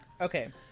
Okay